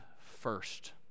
first